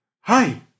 Hi